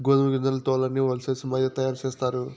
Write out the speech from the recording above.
గోదుమ గింజల తోల్లన్నీ ఒలిసేసి మైదా తయారు సేస్తారు